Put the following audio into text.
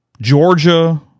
Georgia